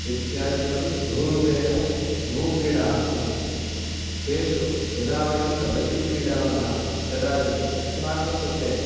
इत्यादिकं बहुरूपेण बहुक्रीडाः सन्ति तेषु यदा वयं कबड्डि क्रीडामः तदानीम् अस्माकं कृते